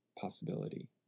possibility